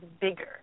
bigger